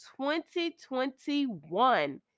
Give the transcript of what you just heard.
2021